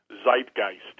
zeitgeist